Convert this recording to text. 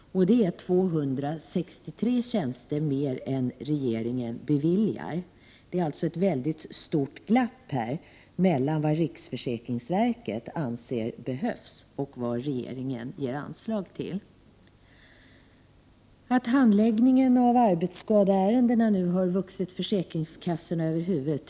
Det är 263 tjänster mer än regeringen beviljar. Det är alltså ett väldigt stort glapp här mellan vad riksförsäkringsverket anser behövas och vad regeringen ger anslag till. Det är knappast någon nyhet att tiderna för handläggning av arbetsskadeärenden nu har vuxit försäkringskassorna över huvudet.